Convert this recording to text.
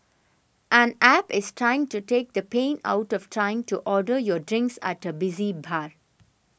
an App is trying to take the pain out of trying to order your drinks at a busy bar